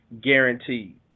guaranteed